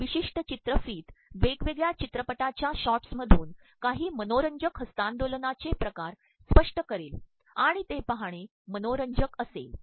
ही प्रवमशष्ि चचरकफत वेगवेगळ्या चचरपिाच्या शॉट्समधनू काही मनोरंजक हस्त्तांदोलनाचे िकार स्त्पष्ि करेल आणण ते पाहणे मनोरंजक असेल